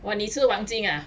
!wah! 你是玩金 ah